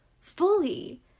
fully